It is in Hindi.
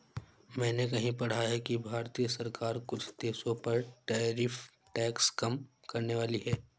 मैंने कहीं पढ़ा है कि भारतीय सरकार कुछ देशों पर टैरिफ टैक्स कम करनेवाली है